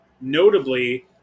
Notably